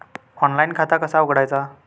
Online खाता कसा उघडायचा?